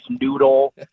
noodle